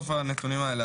למה.